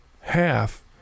half